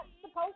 supposed